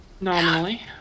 Nominally